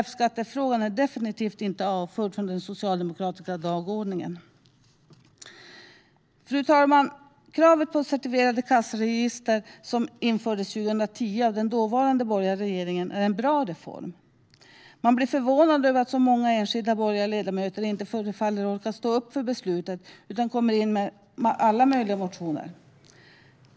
Fskattefrågan är definitivt inte avförd från den socialdemokratiska dagordningen. Fru talman! Kravet på certifierade kassaregister, som infördes 2010 av den dåvarande borgerliga regeringen, är en bra reform. Man blir förvånad över att så många enskilda borgerliga ledamöter inte förefaller orka stå upp för beslutet utan kommer in med alla möjliga motioner.